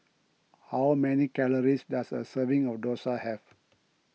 how many calories does a serving of Dosa have